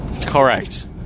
Correct